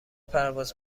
پرواز